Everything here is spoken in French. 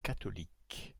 catholique